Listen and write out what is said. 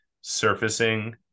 surfacing